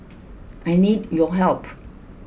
I need your help